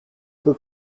peu